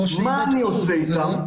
מה אני עושה אתם?